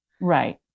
right